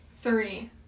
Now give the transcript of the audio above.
Three